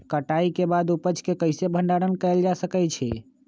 कटाई के बाद उपज के कईसे भंडारण कएल जा सकई छी?